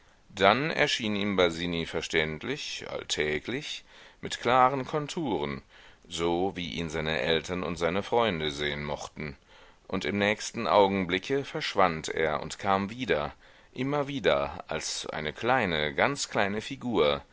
dann erschien ihm basini verständlich alltäglich mit klaren konturen so wie ihn seine eltern und seine freunde sehen mochten und im nächsten augenblicke verschwand er und kam wieder immer wieder als eine kleine ganz kleine figur